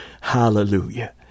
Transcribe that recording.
Hallelujah